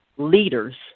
leaders